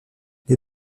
les